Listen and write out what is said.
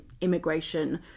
immigration